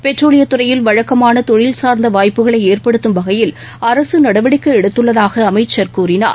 பெட்ரோலியத் துறையில் வழக்கமான தொழில் சார்ந்த வாய்ப்புகளை ஏற்படுத்தும் வகையில் அரசு நடவடிக்கை எடுத்துள்ளதாக அமைச்சர் கூறினார்